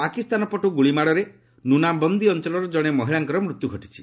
ପାକିସ୍ତାନ ପଟୁ ଗୁଳି ମାଡ଼ରେ ନୁନାବନ୍ଦି ଅଞ୍ଚଳର ଜଣେ ମହିଳାଙ୍କର ମୃତ୍ୟୁ ଘଟିଛି